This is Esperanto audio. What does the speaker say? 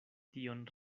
tion